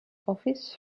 office